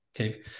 okay